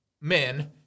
men